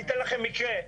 אני אתן לכם מקרה,